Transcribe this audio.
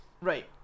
Right